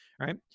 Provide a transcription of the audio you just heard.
Right